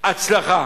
נגיד 53% הצלחה.